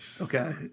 Okay